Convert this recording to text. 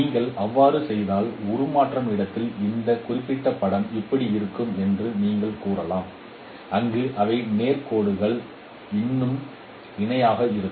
நீங்கள் அவ்வாறு செய்தால் உருமாறும் இடத்தில் இந்த குறிப்பிட்ட படம் இப்படி இருக்கும் என்று நீங்கள் கூறலாம் அங்கு அவை நேர் கோடுகள் இன்னும் இணையாக இருக்கும்